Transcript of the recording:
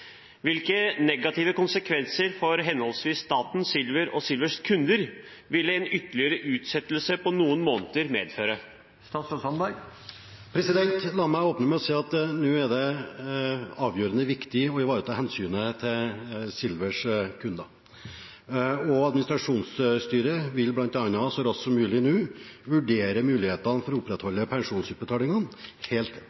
Hvilke negative konsekvenser for henholdsvis staten, Silver og Silvers kunder vil en ytterligere utsettelse på noen måneder medføre?» La meg åpne med å si at det nå er avgjørende viktig å ivareta hensynet til Silvers kunder. Administrasjonsstyret vil bl.a. så raskt som mulig vurdere mulighetene for å